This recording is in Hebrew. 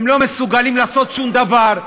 הם לא מסוגלים לעשות שום דבר,